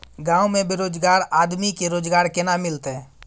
गांव में बेरोजगार आदमी के रोजगार केना मिलते?